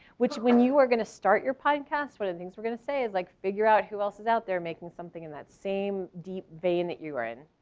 which when you are gonna start your podcast one of the things we're gonna say is like figure out who else is out there making something in that same deep vein that you are in.